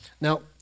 Now